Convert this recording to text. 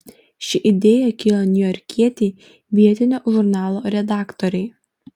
ši idėja kilo niujorkietei vietinio žurnalo redaktorei